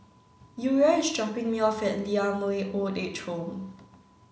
Uriah is dropping me off at Lee Ah Mooi Old Age Home